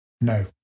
no